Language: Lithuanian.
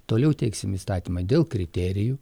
toliau teiksim įstatymą dėl kriterijų